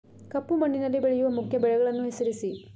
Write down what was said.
ಕಪ್ಪು ಮಣ್ಣಿನಲ್ಲಿ ಬೆಳೆಯುವ ಮುಖ್ಯ ಬೆಳೆಗಳನ್ನು ಹೆಸರಿಸಿ